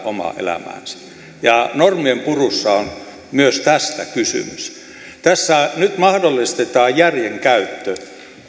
omaa elämäänsä normien purussa on myös tästä kysymys tässä nyt mahdollistetaan järjen käyttö